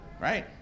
right